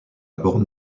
borne